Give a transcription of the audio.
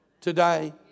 today